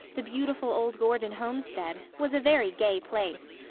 the beautiful old gordon homestead, was a very gay place,